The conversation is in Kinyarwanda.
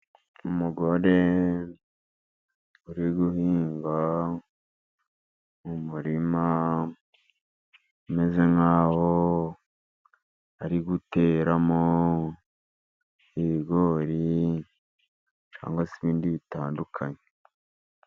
Umugore uri guhinga mu muririma, umeze nk'aho ari guteramo ibigori, cyangwa se ibindi bitandukanye.